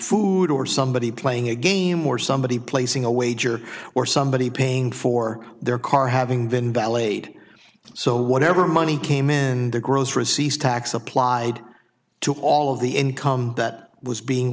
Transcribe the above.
food or somebody's playing a game or somebody's placing a wager or somebody's paying for their car having been valeted so whatever money came in the gross receipts tax applied to all of the income that was being